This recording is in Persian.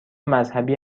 مذهبی